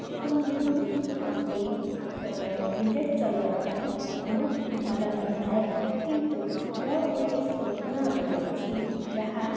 ସେଥିମଧ୍ୟରୁ ମୋତେ ବୁଲେଟ ଚଲେଇବା ପାଇଁ ବହୁତ ଭଲ ଲାଗିଥାଏ କିନ୍ତୁ ମୋର ଗୋଟେ ସ୍ୱପ୍ନ ରହିଯାଇଛି ଯାହା